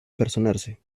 personarse